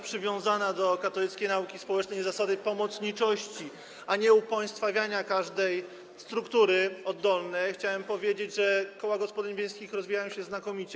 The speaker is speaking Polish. przywiązana do katolickiej nauki społecznej i zasady pomocniczości, a nie upaństwawiania każdej struktury oddolnej, chciałem powiedzieć, że koła gospodyń wiejskich rozwijają się znakomicie.